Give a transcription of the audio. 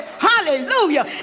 hallelujah